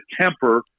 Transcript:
temper